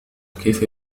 كيف